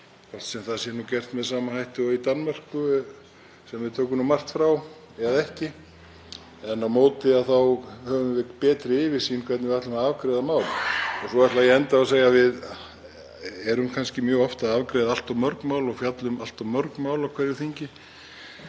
hvort sem það er gert með sama hætti og í Danmörku, sem við tökum nú margt frá, eða ekki. En á móti höfum við betri yfirsýn yfir hvernig við ætlum að afgreiða mál. Svo ætla ég að enda á að segja að við erum kannski mjög oft að afgreiða allt of mörg mál og fjalla um allt of mörg mál á hverju þingi